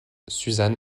susan